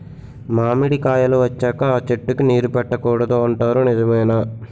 మామిడికాయలు వచ్చాక అ చెట్టుకి నీరు పెట్టకూడదు అంటారు నిజమేనా?